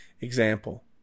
example